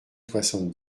soixante